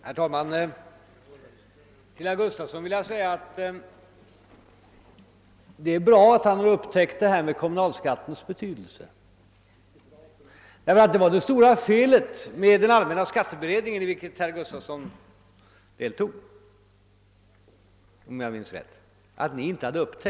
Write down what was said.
Herr talman! Det är bra att herr Gustafson i Göteborg nu har upptäckt kommunalskattens betydelse. Det var nämligen det stora felet med allmänna skatteberedningen, vars arbete herr Gustafson deltog i, om jag minns rätt, att man inte gjorde den upptäckten.